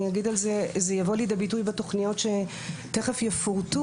זה יבוא לידי ביטוי בתוכניות שתיכף יפורטו